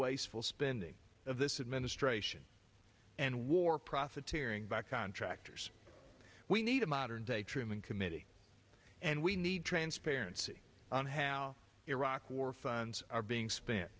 wasteful spending of this administration and war profiteering by contractors we need a modern day truman committee and we need transparency on how iraq war funds are being spent